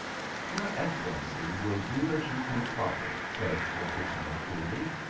your excellency will do as you think proper, said the prisoner coolly.